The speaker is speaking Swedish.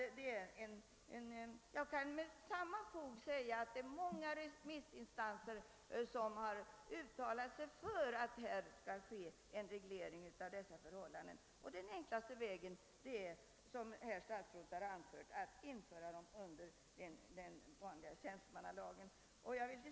Jag kan med lika stort fog säga, att många remissinstanser uttalat sig för att det skall ske en reglering av dessa förhållanden, och den enklaste vägen är, som statsrådet framhållit, att föra in vederbörande under den vanliga statstjänstemannalagen.